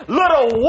little